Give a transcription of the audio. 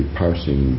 parsing